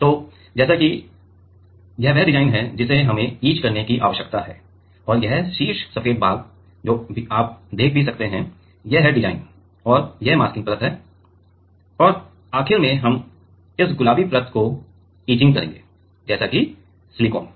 तो जैसे कि यह वह डिज़ाइन है जिसे हमें इच करने की आवश्यकता है और यह शीर्ष सफेद भाग जो भी आप यहाँ देख सकते हैं ये हैं डिजाइन है और यह मास्किंग परत है और आखिरकार हम इस गुलाबी परत को इचिंग कर रहे हैं जैसे कि सिलिकॉन है